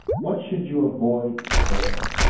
what should you avoid there?